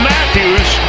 Matthews